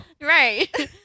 Right